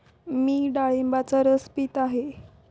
मी डाळिंबाचा रस पीत आहे